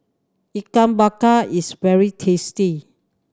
Ikan Bakar is very tasty